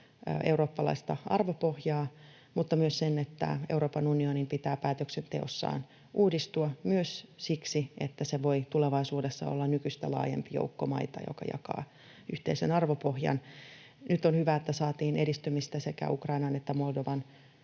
eurooppalaista arvopohjaa, mutta myös sen, että Euroopan unionin pitää päätöksenteossaan uudistua myös siksi, että se voi tulevaisuudessa olla nykyistä laajempi joukko maita, joka jakaa yhteisen arvopohjan. Nyt on hyvä, että saatiin edistymistä sekä Ukrainan että Moldovan